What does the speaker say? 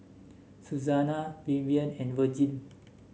Suzanna Vivian and Vergil